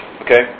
Okay